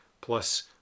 plus